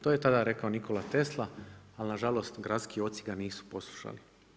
To je tada rekao Nikola Tesla, ali nažalost gradski oci ga nisu poslušali.